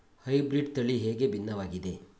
Hybrid ತಳಿ ಹೇಗೆ ಭಿನ್ನವಾಗಿದೆ?